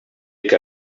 que